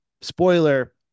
spoiler